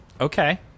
Okay